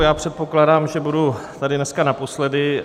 Já předpokládám, že budu tady dneska naposledy.